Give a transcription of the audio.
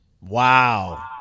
Wow